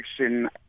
action